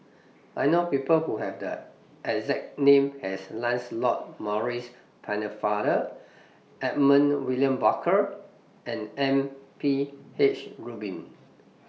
I know People Who Have The exact name as Lancelot Maurice Pennefather Edmund William Barker and M P H Rubin